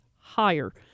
higher